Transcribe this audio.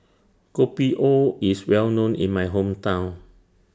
Kopi O IS Well known in My Hometown